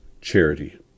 charity